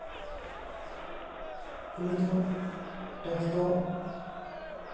ᱩᱱᱤ ᱫᱚ ᱴᱮᱠᱥ ᱫᱚ